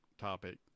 topic